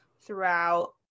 throughout